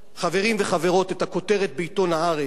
חברים וחברות, את הכותרת בעיתון "הארץ",